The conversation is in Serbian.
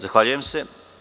Zahvaljujem se.